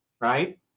right